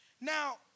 Now